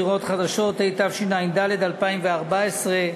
חדשות), התשע"ד 2014,